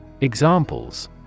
Examples